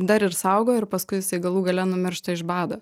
dar ir saugo ir paskui jisai galų gale numiršta iš bado